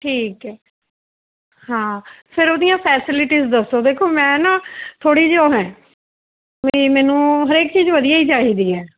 ਠੀਕ ਹੈ ਹਾਂ ਫਿਰ ਉਹਦੀਆਂ ਫੈਸਿਲੀਟੀਜ਼ ਦੱਸੋ ਵੇਖੋ ਮੈਂ ਨਾ ਥੋੜ੍ਹੀ ਜਿਹੀ ਉਹ ਹੈ ਵੀ ਮੈਨੂੰ ਹਰੇਕ ਚੀਜ਼ ਵਧੀਆ ਹੀ ਚਾਹੀਦੀ ਹੈ